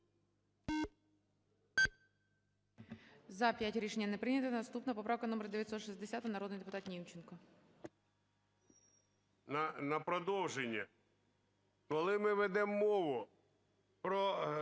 На продовження. Коли ми ведемо мову про